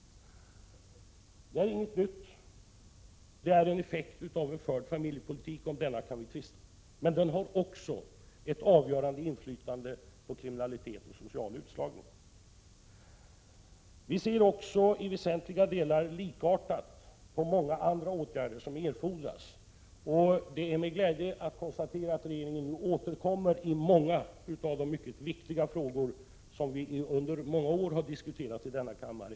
Det är inget nytt. Det är en effekt av den förda familjepolitiken. Om denna kan vi tvista. Den har emellertid också ett avgörande inflytande på kriminalitet och social utslagning. Vi ser också i väsentliga delar likartat på många andra åtgärder som erfordras. Det är med glädje jag konstaterar att regeringen nu i vår återkommer till många av de mycket viktiga frågor som vi under många år har diskuterat i denna kammare.